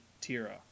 Tira